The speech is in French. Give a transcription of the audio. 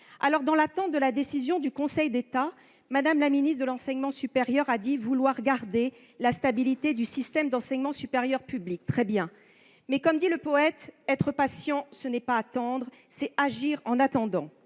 Dans l'attente de la décision du Conseil d'État, Mme la ministre de l'enseignement supérieur a dit « vouloir garder la stabilité du système d'enseignement supérieur public ». Très bien ! Mais, comme le dit le poète, « être patient, ce n'est pas attendre, c'est agir en attendant